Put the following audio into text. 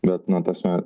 bet na ta prasme